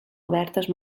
obertes